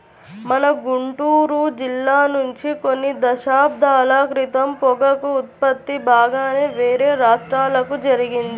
మన గుంటూరు జిల్లా నుంచి కొన్ని దశాబ్దాల క్రితం పొగాకు ఉత్పత్తి బాగానే వేరే రాష్ట్రాలకు జరిగింది